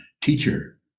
teacher